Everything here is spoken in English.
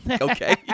Okay